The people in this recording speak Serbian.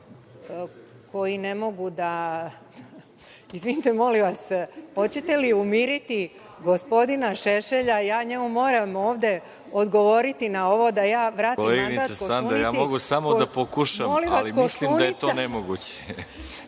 vratiti mandat?)Izvinite, molim vas, hoćete li umiriti gospodina Šešelja? Ja njemu moram ovde odgovoriti na ovo da ja vratim mandat Koštunici. **Veroljub Arsić** Koleginice Sanda, ja mogu samo da pokušam, ali mislim da je to nemoguće.